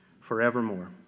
forevermore